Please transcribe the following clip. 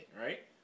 right